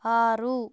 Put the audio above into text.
ಆರು